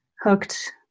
hooked